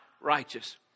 righteous